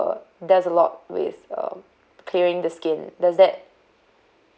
uh does a lot with uh clearing the skin does that